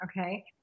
Okay